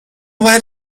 باید